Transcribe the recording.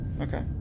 Okay